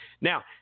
Now